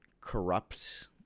corrupt